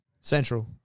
Central